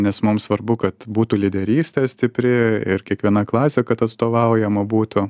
nes mums svarbu kad būtų lyderystės stipri ir kiekviena klasė kad atstovaujama būtų